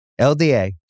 LDA